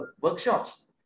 workshops